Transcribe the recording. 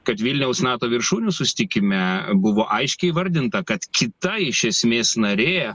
kad vilniaus nato viršūnių susitikime buvo aiškiai įvardinta kad kita iš esmės narė